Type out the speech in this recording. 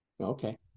okay